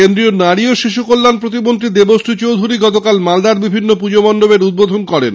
কেন্দ্রীয় নারী ও শিশু কল্যাণ প্রতিমন্ত্রী দেবশ্রী চৌধুরী গতকাল মালদার বিভিন্ন পুজো মণ্ডপের উদ্বোধন করেন